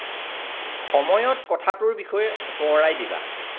সময়ত কথাটোৰ বিষয়ে সোঁৱৰাই দিবা